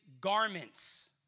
garments